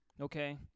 Okay